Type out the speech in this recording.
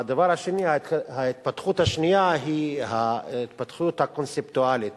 ההתפתחות השנייה היא ההתפתחות הקונספטואלית,